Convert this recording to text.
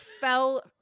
fell